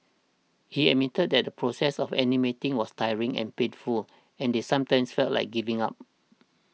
he admitted that the process of animating was tiring and painful and they sometimes felt like giving up